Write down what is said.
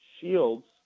shields